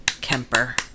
Kemper